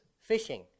fishing